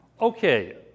Okay